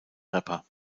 rapper